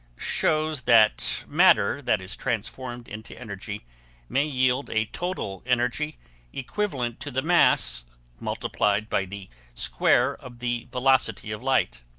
shows that matter that is transformed into energy may yield a total energy equivalent to the mass multiplied by the square of the velocity of light.